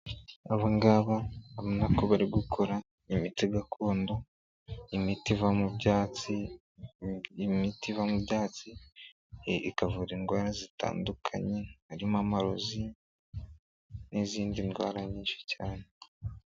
Abangaba urabona ko bari gukora imiti gakondo, imiti iva mu byatsi, ikavura indwara zitandukanye harimo amarozi n'izindi ndwara nyinshi cyane.